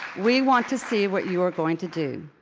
we want to see what you are going to do.